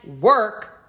work